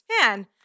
man